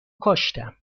کاشتم